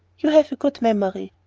you have a good memory.